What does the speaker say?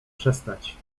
przestać